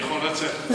אני יכול לצאת.